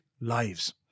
lives